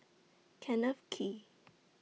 Kenneth Kee